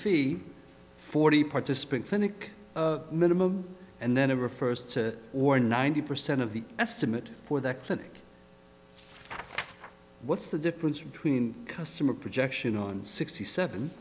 fee forty participant clinic minimum and then it refers to or ninety percent of the estimate for the clinic what's the difference between customer projection on sixty seven